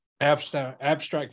abstract